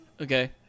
okay